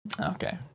Okay